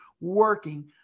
working